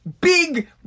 big